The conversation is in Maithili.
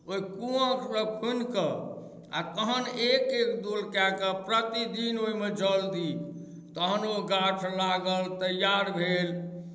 ओहि कुआँकेँ खुनि कऽ आ तखन एक एक डोल कए कऽ प्रति दिन ओहिमे जल दी तखन ओ गाछ लागल तैआर भेल